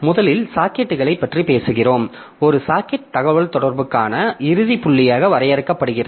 முதலில் சாக்கெட்டுகளைப் பற்றி பேசுகிறோம் ஒரு சாக்கெட் தகவல்தொடர்புக்கான இறுதி புள்ளியாக வரையறுக்கப்படுகிறது